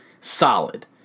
solid